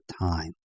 time